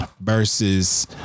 Versus